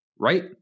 right